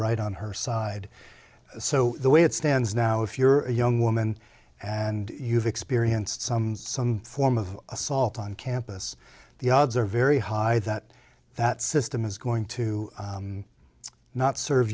right on her side so the way it stands now if you're a young woman and you've experienced some some form of assault on campus the odds are very high that that system is going to not serve